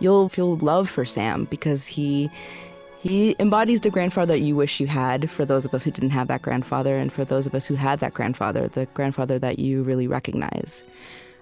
you'll feel love for sam, because he he embodies the grandfather that you wish you had, for those of us who didn't have that grandfather, and for those of us who had that grandfather, the grandfather that you really recognize